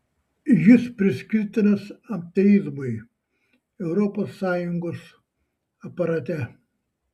jis priskirtinas ateizmui europos sąjungos aparate